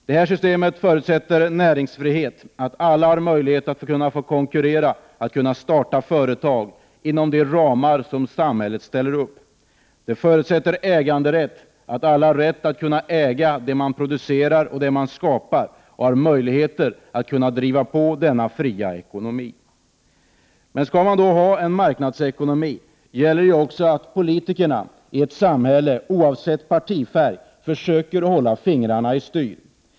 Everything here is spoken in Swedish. Det här systemet förutsätter näringsfrihet, dvs. att alla har möjlighet att kunna konkurrera och starta företag inom de ramar som samhället ställer upp. Detta förutsätter äganderätt, dvs. att alla har rätt att äga det man producerar och det man skapar och har möjligheter att driva på denna fria ekonomi. Men skall man ha en marknadsekonomi gäller också att politikerna i samhället, oavsett partifärg, försöker hålla fingrarna i styr.